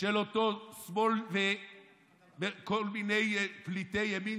של אותו שמאל וכל מיני פליטי ימין,